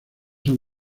son